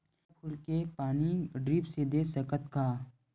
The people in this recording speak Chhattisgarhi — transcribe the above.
गेंदा फूल के खेती पानी ड्रिप से दे सकथ का?